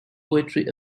poetry